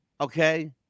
Okay